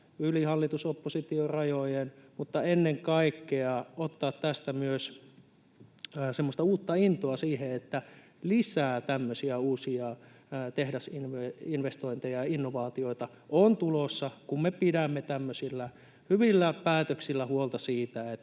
yli hallitus-oppositio-rajojen, ja ennen kaikkea tulisi saada tästä myös semmoista uutta intoa siihen, että saataisiin lisää tämmöisiä uusia tehdasinvestointeja ja innovaatioita. Niitä on tulossa, kun me pidämme tämmöisillä hyvillä päätöksillä huolta siitä, että